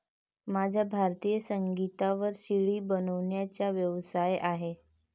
माझा भारतीय संगीतावर सी.डी बनवण्याचा व्यवसाय आहे